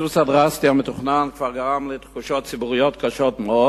הקיצוץ הדרסטי המתוכנן כבר גרם לתחושות ציבוריות קשות מאוד.